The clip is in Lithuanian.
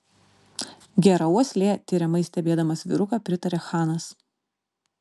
gera uoslė tiriamai stebėdamas vyruką pritarė chanas